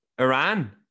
Iran